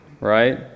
right